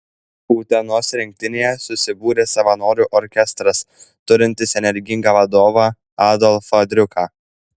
utenos rinktinėje susibūrė savanorių orkestras turintis energingą vadovą adolfą driuką